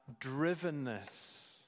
drivenness